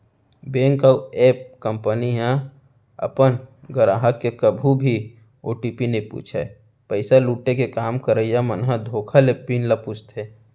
bank अउ app company ह अपन गराहक ले कभू भी ओ.टी.पी नइ पूछय, पइसा लुटे के काम करइया मन ह धोखा ले पिन ल पूछथे